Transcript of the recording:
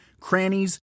crannies